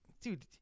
Dude